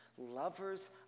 lovers